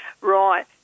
Right